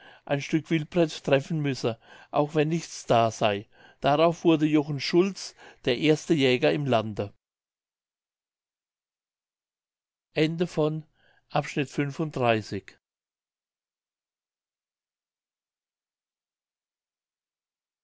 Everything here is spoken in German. ein stück wildpret treffen müsse auch wenn nichts da sey darauf wurde jochen schulz der erste jäger im lande